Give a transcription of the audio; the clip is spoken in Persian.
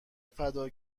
فدا